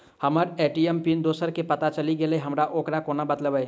हम्मर ATM PIN दोसर केँ पत्ता चलि गेलै, हम ओकरा कोना बदलबै?